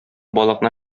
балыкны